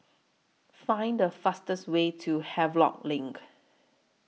Find The fastest Way to Havelock LINK